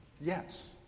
yes